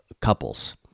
couples